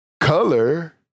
color